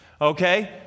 okay